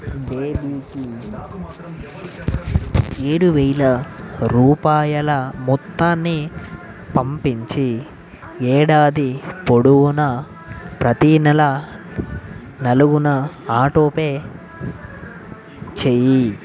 బేబీకి ఏడు వేల రూపాయల మొత్తాన్ని పంపించి ఏడాది పొడవునా ప్రతీ నెల నాలుగున ఆటోపే చేయి